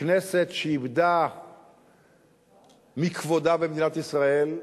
כנסת שאיבדה מכבודה במדינת ישראל,